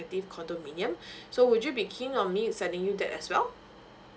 executive condominium so would you be keen on me sending you that as well